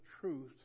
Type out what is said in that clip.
truth